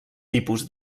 tipus